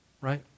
right